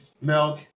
Milk